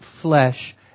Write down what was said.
flesh